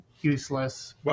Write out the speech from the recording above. useless